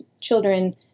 children